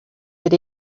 that